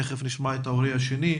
תיכף נשמע את ההורה השני,